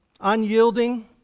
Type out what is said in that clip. unyielding